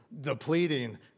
depleting